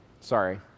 Sorry